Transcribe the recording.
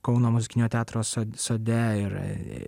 kauno muzikinio teatro so sode ir